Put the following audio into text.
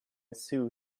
sue